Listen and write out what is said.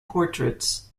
portraits